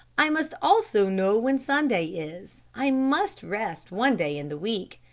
i must also know when sunday is. i must rest one day in the week.